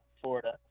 Florida